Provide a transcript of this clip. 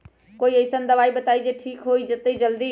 कोई अईसन दवाई बताई जे से ठीक हो जई जल्दी?